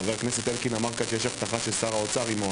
חבר הכנסת אלקין אמר שיש הבטחה של שר האוצר עם מועדים?